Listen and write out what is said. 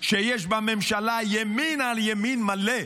שיש בה ממשלה ימין על ימין מלא,